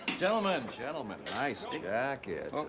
gentleman, gentlemen, nice jackets.